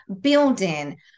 building